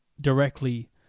directly